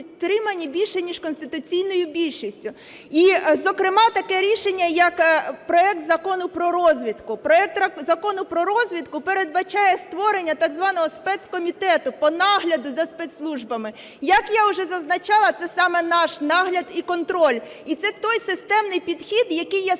більше ніж конституційною більшістю. І, зокрема, таке рішення, як проект Закону про розвідку. Проект Закону про розвідку передбачає створення так званого спецкомітету по нагляду за спецслужбами. Як я уже зазначала, це саме наш нагляд і контроль, і це той системний підхід, який,